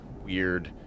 weird